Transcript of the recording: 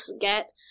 get